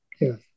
Yes